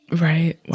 Right